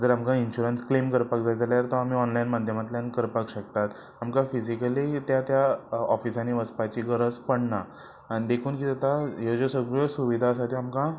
जर आमकां insurance claim करपाक जाय जाल्यार तो आमी ऑनलायन माध्यमांतल्यान करपाक शकतात आमकां फिजिकली त्या त्या ऑफिसांनी वचपाची गरज पडना आनी देखून किदें जाता ह्यो ज्यो सगळ्यो सुविधा आसा त्यो आमकां